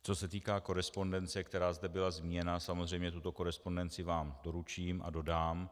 Co se týká korespondence, která zde byla zmíněna, samozřejmě tuto korespondenci vám doručím a dodám.